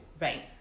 Right